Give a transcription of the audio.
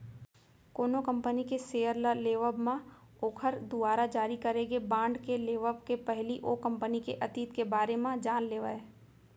कोनो कंपनी के सेयर ल लेवब म ओखर दुवारा जारी करे गे बांड के लेवब के पहिली ओ कंपनी के अतीत के बारे म जान लेवय